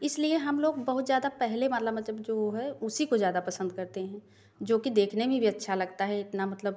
इसलिए हम लोग बहुत ज़्यादा पहले वाला मतलब जो है उसी को ज़्यादा पसंद करते हैं जो कि देखने में भी अच्छा लगता है इतना मतलब